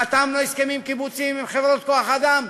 חתמנו הסכמים קיבוציים עם חברות כוח-אדם,